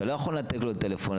אתה לא יכול לנתק לו את הטלפון,